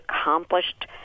accomplished